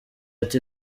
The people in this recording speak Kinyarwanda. ati